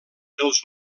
els